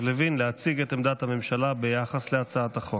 לוין להציג את עמדת הממשלה ביחס להצעת החוק.